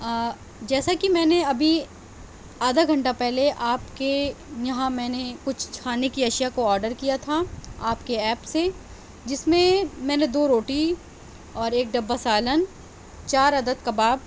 جیسا کہ میں نے ابھی آدھا گھنٹہ پہلے آپ کے یہاں میں نے کچھ کھانے کی اشیا کو آڈر کیا تھا آپ کے ایپ سے جس میں میں نے دو روٹی اور ایک ڈبہ سالن چار عدد کباب